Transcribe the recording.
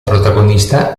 protagonista